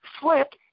flip